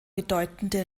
bedeutende